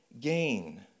gain